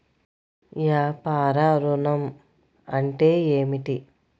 వ్యాపార ఋణం అంటే ఏమిటి?